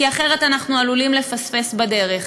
כי אחרת אנחנו עלולים לפספס בדרך.